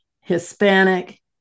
Hispanic